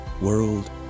world